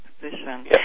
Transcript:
position